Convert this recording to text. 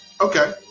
Okay